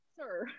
sir